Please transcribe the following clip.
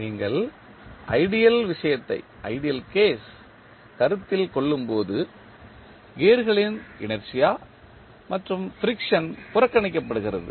நீங்கள் ஐடியல் விஷயத்தை கருத்தில் கொள்ளும்போது கியர்களின் இனர்ஷியா மற்றும் ஃபிரிக்சன் புறக்கணிக்கப்படுகிறது